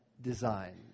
design